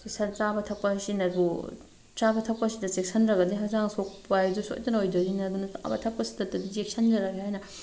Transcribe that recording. ꯆꯥꯕ ꯊꯛꯄ ꯍꯥꯏꯁꯤꯅꯕꯨ ꯆꯥꯕ ꯊꯛꯄꯁꯤꯗ ꯆꯦꯛꯁꯤꯟꯗ꯭ꯔꯒꯗꯤ ꯍꯛꯆꯥꯡ ꯁꯣꯛꯄ ꯍꯥꯏꯕꯁꯨ ꯁꯣꯏꯗꯅ ꯑꯣꯏꯗꯣꯏꯅꯤ ꯑꯗꯨꯅ ꯆꯥꯕ ꯊꯛꯄꯁꯤꯇꯗꯤ ꯆꯦꯛꯁꯤꯟꯖꯔꯒꯦ ꯍꯥꯏꯅ